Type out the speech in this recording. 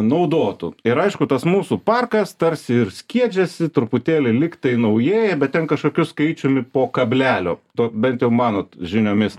naudotų ir aišku tas mūsų parkas tarsi ir skiedžiasi truputėlį lyg tai naujėja bet ten kažkokiu skaičiumi po kablelio to bent jau mano žiniomis